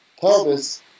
pelvis